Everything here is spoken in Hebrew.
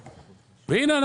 והנה,